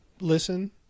listen